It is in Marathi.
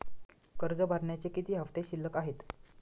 कर्ज भरण्याचे किती हफ्ते शिल्लक आहेत?